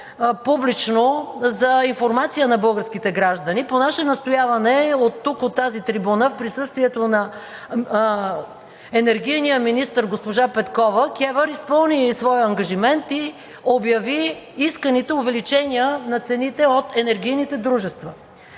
публично за информация на българските граждани. По наше настояване от тук, от тази трибуна, в присъствието на енергийния министър госпожа Петкова, КЕВР изпълни своят ангажимент и обяви исканите увеличения на цените от енергийните дружества.